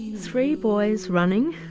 three boys running,